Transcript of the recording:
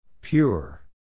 Pure